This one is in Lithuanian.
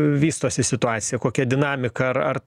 vystosi situacija kokia dinamika ar ar